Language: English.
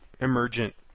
emergent